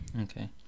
Okay